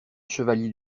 chevalier